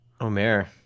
Omer